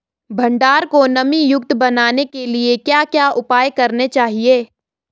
भंडारण को नमी युक्त बनाने के लिए क्या क्या उपाय करने चाहिए?